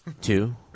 Two